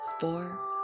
four